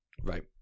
right